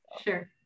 Sure